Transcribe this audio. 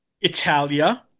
Italia